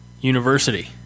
University